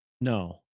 No